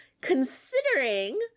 considering